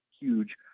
huge